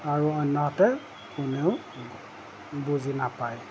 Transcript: আৰু অন্যহাতে কোনেও বুজি নাপায়